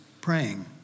praying